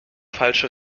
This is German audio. falsche